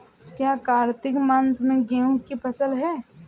क्या कार्तिक मास में गेहु की फ़सल है?